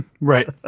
Right